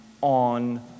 on